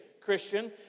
Christian